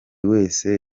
wese